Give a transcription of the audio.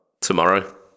tomorrow